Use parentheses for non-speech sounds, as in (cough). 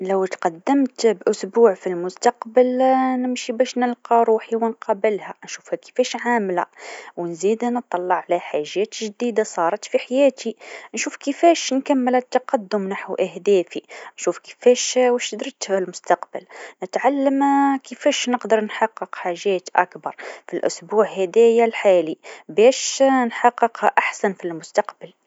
لو تقدمت بأسبوع في المستقبل (hesitation) نمشي باش نلقى روحي و نقابلها، نشوفها كيفاش عامله، نزيد نتطلع على حاجات جديده صارت في حياتي، نشوف كيفاش نكمل التقدم نحو أهدافي، نشوف كيفاش اش عملت في المستقبل، نتعلم (hesitation) كيفاش نقدر نحقق حاجات أكبر في الأسبوع هذايا الحالي، باش نحققها أحسن في المستقبل.